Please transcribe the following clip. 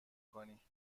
کنی